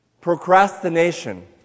Procrastination